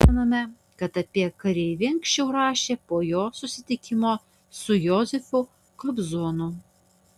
primename kad apie kareivį anksčiau rašė po jo susitikimo su josifu kobzonu